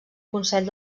consell